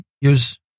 use